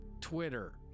Twitter